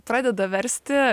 pradeda versti